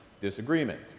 disagreement